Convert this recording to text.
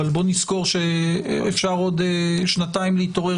אבל בואו נזכור שאפשר עוד שנתיים להתעורר